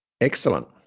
Excellent